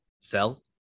sell